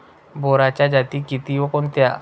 बोराच्या जाती किती व कोणत्या?